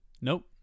Nope